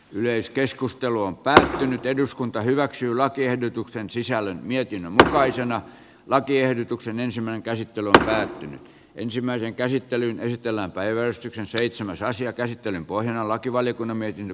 yleiskeskustelu on päättynyt eduskunta hyväksyi lakiehdotuksen sisällön ja takaisin lakiehdotuksen käsittelyn pohjana on ensimmäinen käsittely esitellään päiväystyksen seitsemän rasiakäsittelyn lakivaliokunnan mietintö